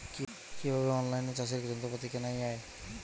কিভাবে অন লাইনে চাষের যন্ত্রপাতি কেনা য়ায়?